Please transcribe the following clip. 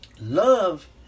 Love